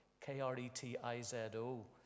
K-R-E-T-I-Z-O